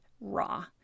raw